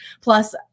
plus